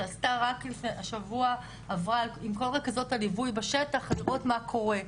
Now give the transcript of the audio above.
שרק השבוע עברה עם כל רכזות הליווי בשטח לראות מה קורה,